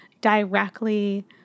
directly